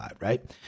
right